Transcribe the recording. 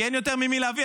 כי אין יותר ממי להביא.